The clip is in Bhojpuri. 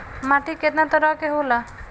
माटी केतना तरह के होला?